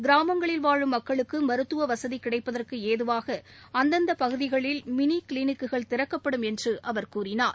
கிராமங்களில் வாழும் மக்களுக்கு மருத்துவ வசதி கிடைப்பதற்கு ஏதுவாக அந்தந்த பகுதிகளில் மினி கிளினிக்குகள் திறக்கப்படும் என்று அவர் கூறினார்